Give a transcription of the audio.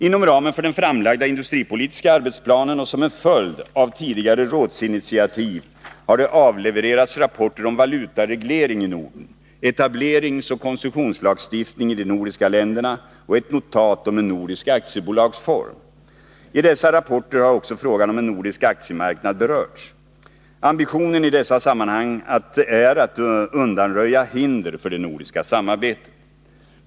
Inom ramen för den framlagda industripolitiska arbetsplanen och som en följd av tidigare rådsinitiativ har det avlevererats rapporter om valutareglering i Norden, etableringsoch koncessionslagstiftning i de nordiska länderna och ett notat om en nordisk aktiebolagsform. I dessa rapporter har också frågan om en nordisk aktiemarknad berörts. Ambitionen är i dessa sammanhang att undanröja hinder för det nordiska samarbetet.